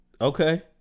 Okay